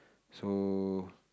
so